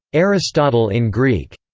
aristotle in greek,